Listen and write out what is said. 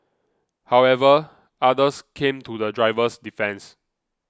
however others came to the driver's defence